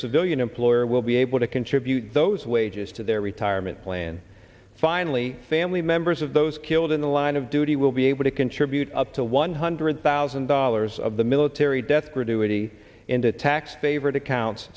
civilian employer will be able to contribute those wages to their retirement plan finally family members of those killed in the line of duty will be able to contribute up to one hundred thousand dollars of the military death gratuity into tax favored accounts